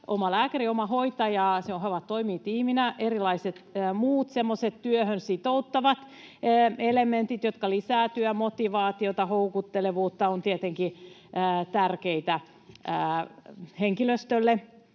omalääkäri ja omahoitaja toimivat tiiminä. Lisäksi erilaiset muut semmoiset työhön sitouttavat elementit, jotka lisäävät työmotivaatiota ja houkuttelevuutta, ovat tietenkin tärkeitä henkilöstölle.